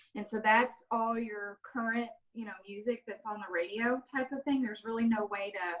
and so that's all your current you know music that's on the radio type of thing. there's really no way to